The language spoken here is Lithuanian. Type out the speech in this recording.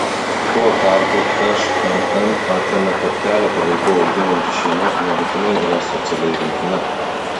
tuo tarpu šmm atremia kad keletą vaikų auginanti šeima nebūtinai yra socialiai remtina